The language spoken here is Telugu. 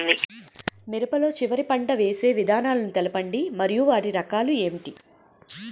మిరప లో చివర పంట వేసి విధానాలను తెలపండి మరియు వాటి రకాలు ఏంటి